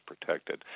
protected